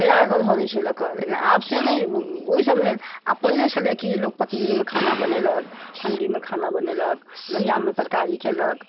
तैयार कऽके धऽ दै छै लोक लेकिन आब से नहि ओइसँ भेल आओर पहिने छलै की लोक पतीलीमे खाना बनेलक हण्डीमे खाना बनेलक लोहियामे तरकारी केलक